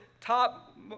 top